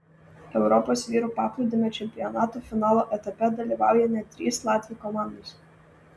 europos vyrų paplūdimio čempionato finalo etape dalyvauja net trys latvių komandos